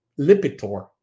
Lipitor